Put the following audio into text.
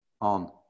on